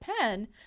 pen